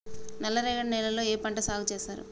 నల్లరేగడి నేలల్లో ఏ పంట సాగు చేస్తారు?